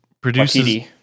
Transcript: produces